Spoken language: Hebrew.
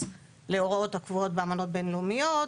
להוראות הקבועות באמנות בין-לאומיות,